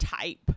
type